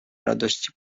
radości